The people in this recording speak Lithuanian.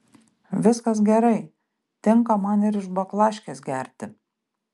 viskas gerai tinka man ir iš baklaškės gerti